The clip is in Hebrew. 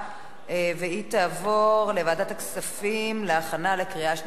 והיא תעבור לוועדת הכספים להכנה לקריאה שנייה ושלישית.